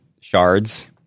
shards